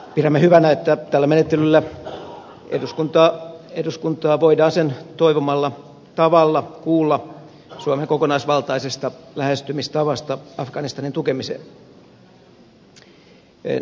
pidämme hyvänä että tällä menettelyllä eduskuntaa voidaan sen toivomalla tavalla kuulla suomen kokonaisvaltaisesta lähestymistavasta afganistanin tukemiseen